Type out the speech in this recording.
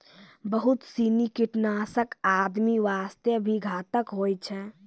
बहुत सीनी कीटनाशक आदमी वास्तॅ भी घातक होय छै